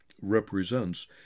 represents